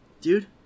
Dude